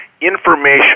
information